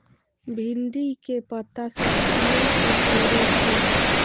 भिंडी के पत्ता सब किया सुकूरे छे?